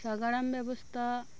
ᱥᱟᱜᱟᱲᱚᱢ ᱵᱮᱵᱚᱥᱛᱷᱟ